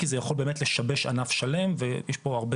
כי זה יכול באמת לשבש ענף שלם ויש פה הרבה